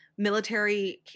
military